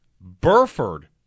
Burford